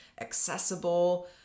accessible